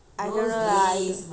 I don't know lah I don't